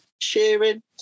cheering